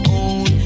own